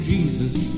Jesus